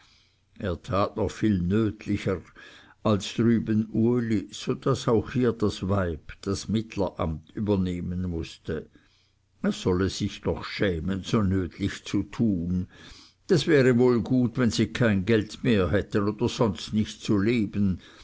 er tat noch viel nötlicher als drüben uli so daß auch hier das weib das mittleramt übernehmen mußte er solle sich doch schämen so nötlich zu tun das wäre wohl gut wenn sie kein geld mehr hätten oder sonst nicht zu leben